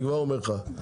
אני אומר לך.